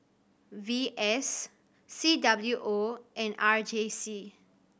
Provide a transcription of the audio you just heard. V S C W O and R J C